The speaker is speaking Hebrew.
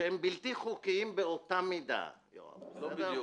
שהם בלתי חוקיים באותה מידה --- לא בדיוק.